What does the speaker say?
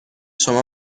شما